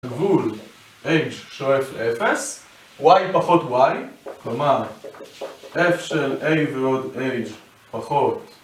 גבול h שואף ל-0, y פחות y, כלומר f של a ועוד h פחות